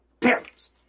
parents